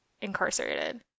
incarcerated